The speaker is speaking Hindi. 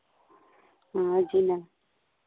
हाँ जी मैम